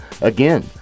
again